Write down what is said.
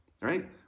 right